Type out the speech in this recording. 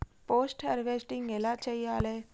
Post harvesting ఎలా చెయ్యాలే?